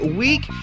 week